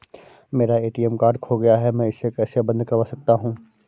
मेरा ATM card खो गया है मैं इसे कैसे बंद करवा सकता हूँ?